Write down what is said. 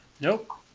Nope